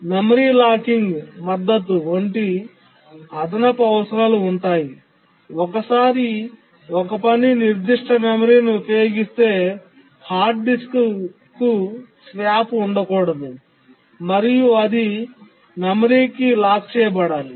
memory locking మద్దతు వంటి అదనపు అవసరాలు ఉన్నాయి ఒకసారి ఒక పని నిర్దిష్ట మెమరీని ఉపయోగిస్తే హార్డ్ డిస్క్కు స్వాప్ ఉండకూడదు మరియు అది మెమరీకి లాక్ చేయబడాలి